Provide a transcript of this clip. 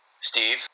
Steve